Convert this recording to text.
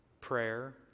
prayer